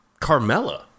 Carmella